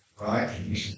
right